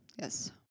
yes